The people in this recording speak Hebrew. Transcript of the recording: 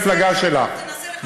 ולא מנהיגת המפלגה שלך,